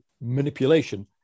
manipulation